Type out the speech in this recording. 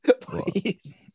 Please